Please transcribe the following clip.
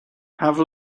have